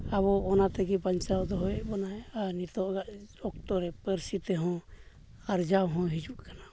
ᱟᱵᱚ ᱚᱱᱟ ᱛᱮᱜᱮ ᱵᱟᱧᱪᱟᱣ ᱫᱚᱦᱚᱭᱮᱫ ᱵᱚᱱᱟᱭ ᱟᱨ ᱱᱤᱛᱳᱜᱟᱜ ᱚᱠᱛᱚᱨᱮ ᱯᱟᱹᱨᱥᱤ ᱛᱮᱦᱚᱸ ᱟᱨᱡᱟᱣ ᱦᱚᱸ ᱦᱤᱡᱩᱜ ᱠᱟᱱᱟ